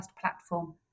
platform